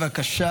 בבקשה.